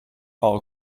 our